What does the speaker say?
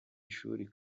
ishuri